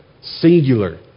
singular